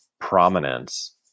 prominence